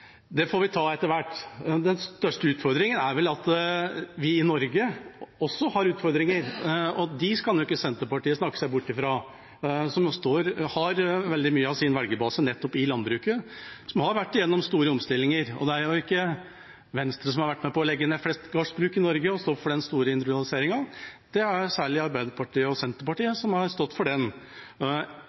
vel at vi i Norge også har utfordringer, og dem kan jo ikke Senterpartiet snakke seg bort fra, som har veldig mye av sin velgerbase nettopp i landbruket, som har vært gjennom store omstillinger. Det er ikke Venstre som har vært med på å legge ned flest gardsbruk i Norge og stått for den store industrialiseringen. Det er særlig Arbeiderpartiet og Senterpartiet som har stått for den.